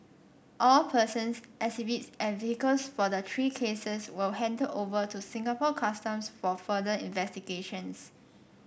all persons exhibits and vehicles for the three cases were handed over to Singapore Customs for further investigations